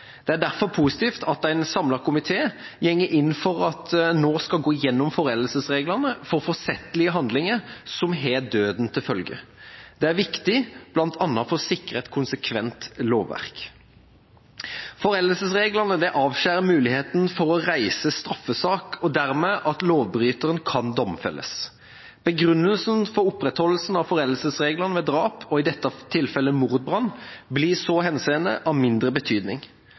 Det er derfor positivt at en samlet komité går inn for at en nå skal gå gjennom foreldelsesregler for forsettlige handlinger som har døden til følge. Det er viktig bl.a. for å sikre et konsekvent lovverk. Foreldelsesreglene avskjærer muligheten for å reise straffesak og dermed at lovbryteren kan domfelles. Begrunnelsen for opprettholdelsen av foreldelsesreglene ved drap, og i dette tilfellet mordbrann, blir i så henseende av mindre betydning.